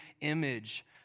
image